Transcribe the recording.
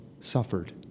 suffered